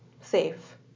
Safe